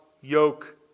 yoke